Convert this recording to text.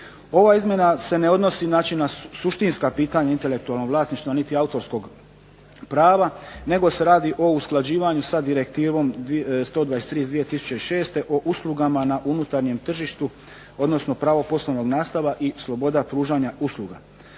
Ova izmjena se ne odnosi znači na suštinska pitanja intelektualnog vlasništva, niti autorskog prava, nego se radi o usklađivanju sa direktivom 123 iz 2006. o uslugama na unutarnjem tržištu, odnosno pravo poslovnog nastava i sloboda pružanja usluga.